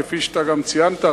וכפי שאתה גם ציינת,